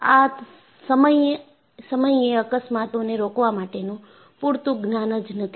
આ સમયએ અકસ્માતો ને રોકવા માટેનું પૂરતું જ્ઞાન જ નથી